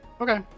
Okay